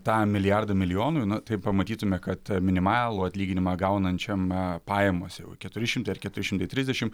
tą milijardą milijonui na tai pamatytume kad minimalų atlyginimą gaunančiam pajamos jau keturi šimtai ar keturi šimtai trisdešim